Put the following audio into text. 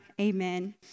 Amen